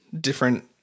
different